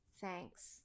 Thanks